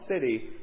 city